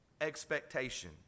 expectation